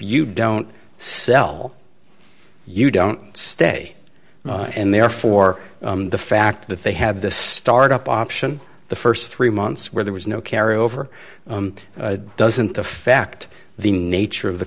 you don't sell you don't stay and therefore the fact that they have this start up option the st three months where there was no carry over doesn't affect the nature of the